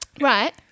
Right